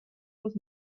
was